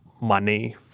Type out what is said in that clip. money